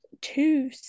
two